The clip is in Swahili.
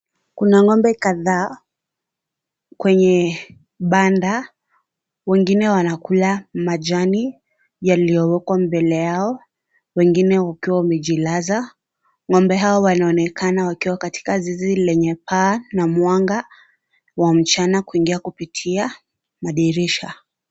Kuna ng'ombe kadhaa kwenye banda wengine wanakula machani yaliowekwa mbele yao wengine wakiwa wamejilaza, ng'ombe hao wanaonekana wakiwa katika zizi lenye paa na mwanga wa mchana kuingia kupitia madirisha.